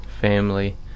family